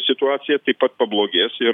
situacija taip pat pablogės ir